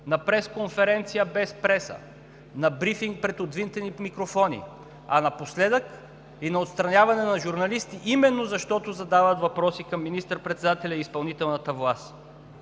на пресконференция без преса, на брифинг пред отвинтени микрофони, а напоследък и на отстраняване на журналисти именно защото задават въпроси към министър-председателя и изпълнителната власт.